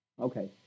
Okay